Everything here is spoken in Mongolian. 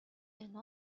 байна